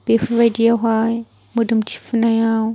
बेफोरबायदियावहाय मोदोम थिफुनायाव